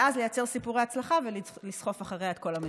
ואז לייצר סיפורי הצלחה ולסחוף אחריהם את כל המדינה.